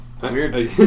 Weird